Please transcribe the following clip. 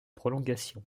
prolongation